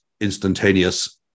instantaneous